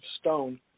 stone